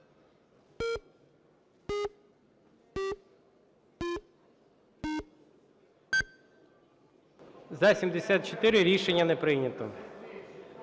За-74 Рішення не прийнято.